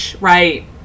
Right